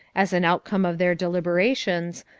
as an outcome of their deliberations,